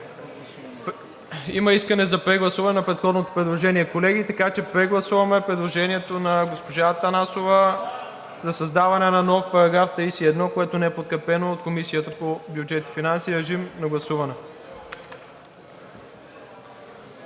Има искане за прегласуване на предходното предложение, колеги, така че прегласуваме предложението на госпожа Атанасова за създаване на нов параграф 31, което не е подкрепено от Комисията по бюджет и финанси. Гласували